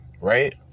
Right